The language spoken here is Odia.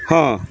ହଁ